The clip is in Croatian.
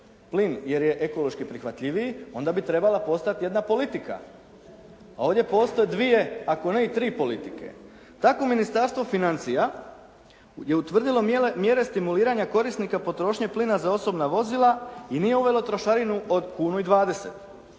plin jer je ekološki prihvatljiviji onda bi trebala postojati jedna politika a ovdje postoje dvije ako ne i tri politike. Tako Ministarstvo financija je utvrdilo mjere stimuliranja korisnika potrošnje plina za osobna vozila i nije uvela trošarinu od kunu i 20.